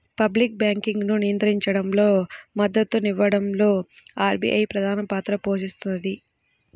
public బ్యాంకింగ్ను నియంత్రించడంలో, మద్దతునివ్వడంలో ఆర్బీఐ ప్రధానపాత్ర పోషిస్తది